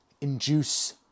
induce